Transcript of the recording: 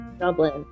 Dublin